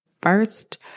first